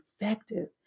effective